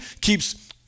keeps